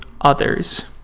others